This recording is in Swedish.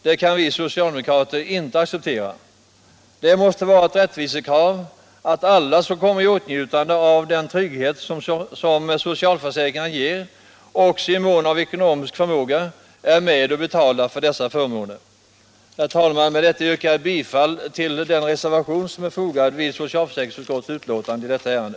Det kan vi socialdemokrater inte acceptera. Det måste vara ett rättvisekrav att alla som kommer i åtnjutande av den trygghet som socialförsäkringarna ger också i mån av ekonomisk förmåga är med och betalar för dessa förmåner. Herr talman! Med detta yrkar jag bifall till den reservation som är fogad till socialförsäkringsutskottets betänkande i detta ärende.